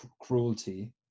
cruelty